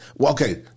Okay